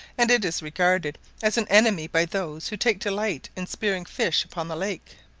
and it is regarded as an enemy by those who take delight in spearing fish upon the lakes.